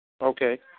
Okay